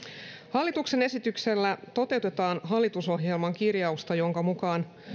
hallituksen esityksellä toteutetaan hallitusohjelman kirjausta jonka mukaan